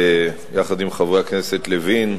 יחד עם חברי הכנסת לוין,